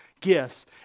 gifts